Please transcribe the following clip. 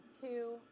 two